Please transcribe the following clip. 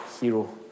hero